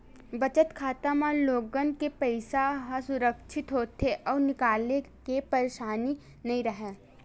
बचत खाता म लोगन के पइसा ह सुरक्छित होथे अउ निकाले के परसानी नइ राहय